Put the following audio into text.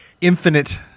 Infinite